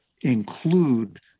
include